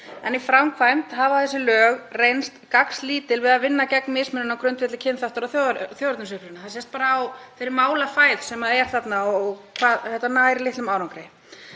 Í framkvæmd hafa þessi lög reynst gagnslítil við að vinna gegn mismunun á grundvelli kynþáttar og þjóðernisuppruna, það sést bara á þeirri málafæð sem er þarna, hvað þetta nær litlum árangri.